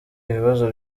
ibibazo